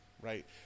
right